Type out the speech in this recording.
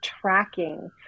tracking